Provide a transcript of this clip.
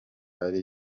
hari